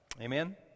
Amen